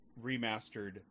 remastered